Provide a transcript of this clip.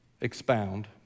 expound